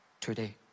today